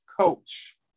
coach